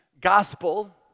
Gospel